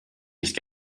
nicht